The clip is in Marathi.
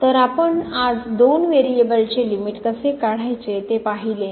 तर आपण आज दोन व्हेरिएबल्सचे लिमिट कसे काढायचे ते पाहिले